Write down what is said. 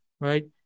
right